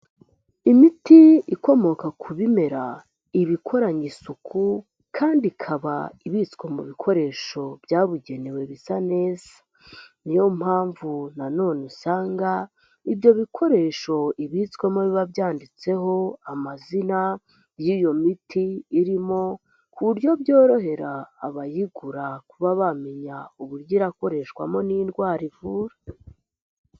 Imiti ikomoka ku bimera ibakoranye isuku kandi ikaba ibiswe mu bikoresho byabugenewe bisa neza, niyo mpamvu nanone usanga ibyo bikoresho ibitswemo biba byanditseho amazina y'iyo miti irimo, ku buryo byorohera abayigura kuba bamenya uburyo irakoreshwamo n'indwara ivura.